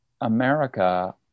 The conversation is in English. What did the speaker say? america